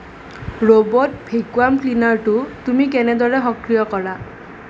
robot vacuum ক্লিনাৰটো তুমি কেনেদৰে সক্ৰিয় কৰা